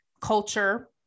culture